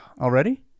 already